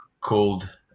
called